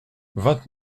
vingt